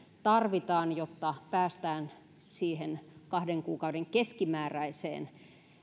tarvitaan jotta päästään siihen kahden kuukauden keskimääräiseen